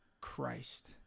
Christ